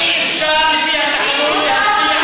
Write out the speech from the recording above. אי-אפשר לפי התקנון להצביע על ועדה משותפת.